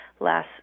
last